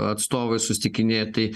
atstovais susitikinėti